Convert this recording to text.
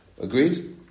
Agreed